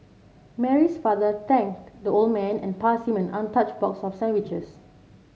Mary's father thanked the old man and passed him an untouched box of sandwiches